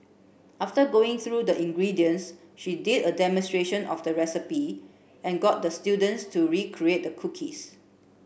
after going through the ingredients she did a demonstration of the recipe and got the students to recreate the cookies